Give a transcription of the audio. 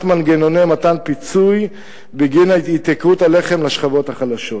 מנגנוני מתן פיצוי בגין התייקרות הלחם לשכבות החלשות.